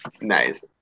Nice